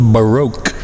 Baroque